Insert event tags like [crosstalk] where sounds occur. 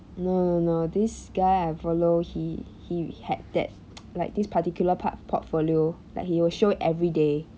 no no no this guy I follow he he had that [noise] like this particular part portfolio like he will show it everyday